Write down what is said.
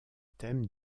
thème